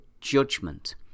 judgment